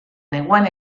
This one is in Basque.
neguan